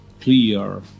clear